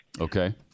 Okay